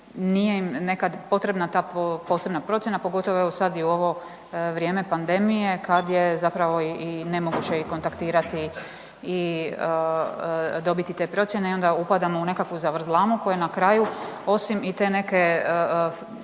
nije im nekad potrebna ta posebna procjena pogotovo evo sad i u ovo vrijeme pandemije kad je zapravo i nemoguće i kontaktirati i dobiti te procjene i onda upadamo u nekakvu zavrzlamu koje na kraju osim i te neke,